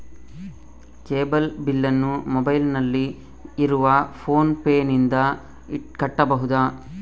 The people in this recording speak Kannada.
ಕೇಬಲ್ ಬಿಲ್ಲನ್ನು ಮೊಬೈಲಿನಲ್ಲಿ ಇರುವ ಫೋನ್ ಪೇನಿಂದ ಕಟ್ಟಬಹುದಾ?